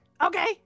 Okay